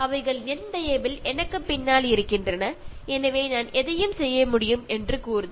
அவைகள் என் தயவில் எனக்குப் பின்னால் இருக்கின்றன எனவே நான் எதையும் செய்ய முடியும் என்று கூறுதல்